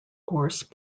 gorse